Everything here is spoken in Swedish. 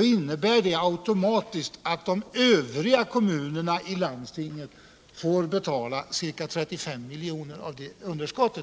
Det innebär automatiskt att de övriga kommunerna i landstinget får betala ca 35 miljoner av det underskottet.